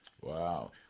Wow